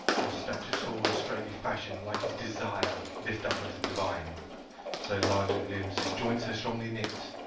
of stature tall, and straightly fashioned, like his desire, lift upwards and divine so large of limbs, his joints so strongly knit,